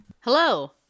Hello